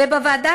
ובוועדה,